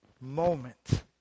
moment